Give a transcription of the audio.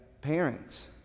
parents